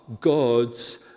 God's